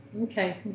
okay